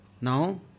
Now